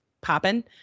popping